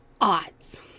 Odds